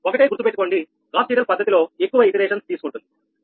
ఒకటే గుర్తు పెట్టుకోండి గాస్ సీడళ్ పద్ధతిలో ఎక్కువ పునరావృతాలు తీసుకుంటుంది